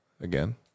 Again